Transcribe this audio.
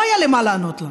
לא היה לי מה לענות לה.